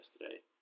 yesterday